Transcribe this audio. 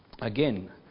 again